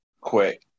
quick